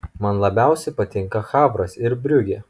man labiausiai patinka havras ir briugė